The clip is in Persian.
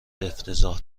افتضاح